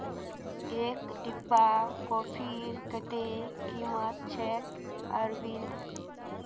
एक डिब्बा कॉफीर कत्ते कीमत छेक अरविंद